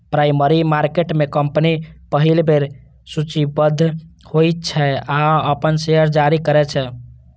primary market में company पहिल बेर सूचीबद्ध होइ छै आ अपन शेयर जारी करै छै